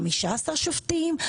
15 שופטים,